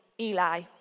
Eli